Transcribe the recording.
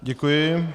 Děkuji.